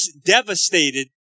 devastated